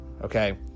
okay